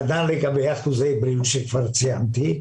כנ"ל לגבי אחוזי הבריאות, כמו שכבר אמרתי.